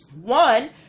one